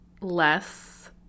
less